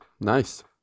Nice